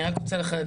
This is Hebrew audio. אני רק רוצה לחדד,